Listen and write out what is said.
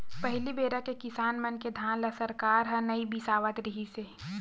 पहली बेरा के किसान मन के धान ल सरकार ह नइ बिसावत रिहिस हे